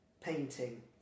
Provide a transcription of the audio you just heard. painting